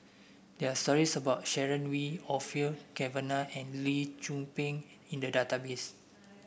there are stories about Sharon Wee Orfeur Cavenagh and Lee Tzu Pheng in the database